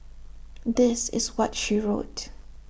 this is what she wrote